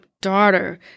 daughter